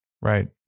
Right